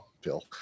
Bill